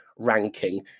ranking